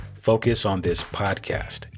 FocusOnThisPodcast